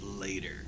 later